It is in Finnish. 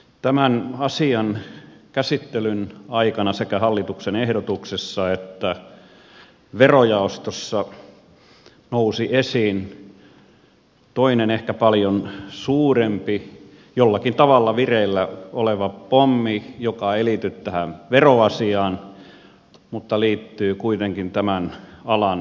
tämän asian käsittelyn aikana sekä hallituksen ehdotuksessa että verojaostossa nousi esiin toinen ehkä paljon suurempi jollakin tavalla vireillä oleva pommi joka ei liity tähän veroasiaan mutta liittyy kuitenkin tämän alan luvitukseen